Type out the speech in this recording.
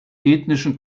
ethnischen